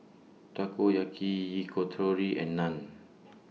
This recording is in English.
Takoyaki Yakitori and Naan